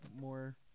more